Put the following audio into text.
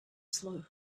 slow